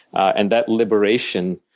and that liberation,